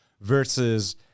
versus